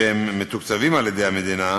שמתוקצבים על-ידי המדינה,